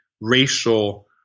racial –